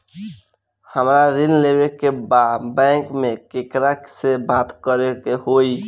हमरा ऋण लेवे के बा बैंक में केकरा से बात करे के होई?